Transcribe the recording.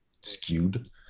skewed